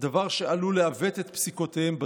דבר שעלול לעוות את פסיקותיהם בדין".